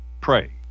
pray